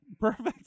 Perfect